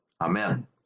amen